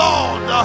Lord